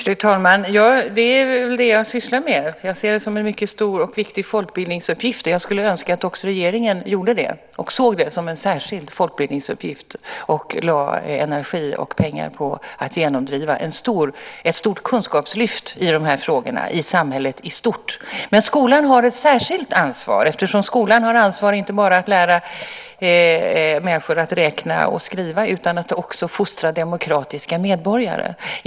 Fru talman! Det är väl det som jag sysslar med. Jag ser det som en mycket stor och viktig folkbildningsuppgift. Jag skulle önska att också regeringen gjorde det och såg det som en särskild folkbildningsuppgift och lade energi och pengar på att genomdriva ett stort kunskapslyft i de här frågorna i samhället i stort. Men skolan har ett särskilt ansvar, eftersom skolan har ett ansvar inte bara att lära människor att räkna och skriva utan också att fostra demokratiska medborgare.